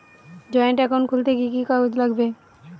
Joint account খুলতে কি কি কাগজ লাগবে?